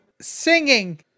Singing